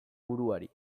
buruari